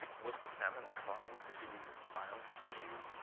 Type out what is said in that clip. was the salmon responding to the violent activity?